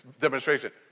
demonstration